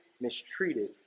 mistreated